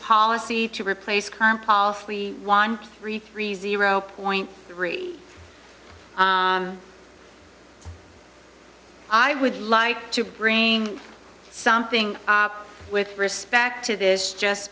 policy to replace com policy we won three three zero point three i would like to bring something up with respect to this just